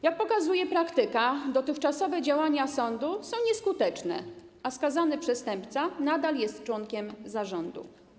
Jak pokazuje praktyka, dotychczasowe działania sądu są nieskuteczne, a skazany przestępca nadal jest członkiem zarządu.